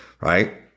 Right